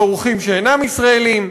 ואורחים שאינם ישראלים,